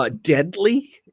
Deadly